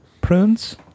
prunes